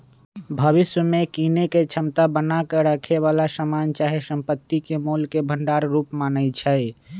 भविष्य में कीनेके क्षमता बना क रखेए बला समान चाहे संपत्ति के मोल के भंडार रूप मानइ छै